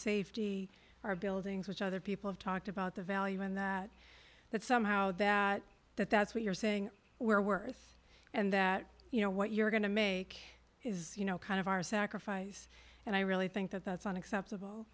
safety our buildings which other people have talked about the value in that that somehow that that that's what you're saying we're worth and that you know what you're going to make is you know kind of our sacrifice and i really think that that's unacceptable